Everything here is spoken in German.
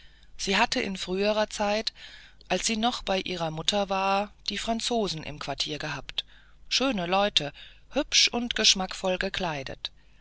sie hatte in früherer zeit als sie noch bei ihrer mutter war die franzosen im quartier gehabt schöne leute hübsch und geschmackvoll gekleidet